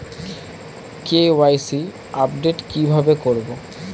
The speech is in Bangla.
কে.ওয়াই.সি আপডেট কি ভাবে করবো?